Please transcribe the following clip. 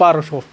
बारस'